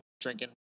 drinking